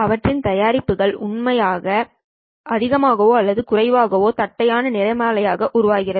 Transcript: அவற்றின் தயாரிப்புகள் உண்மையில் அதிகமாகவோ அல்லது குறைவாகவோ தட்டையான நிறமாலையாகஉருவாகும்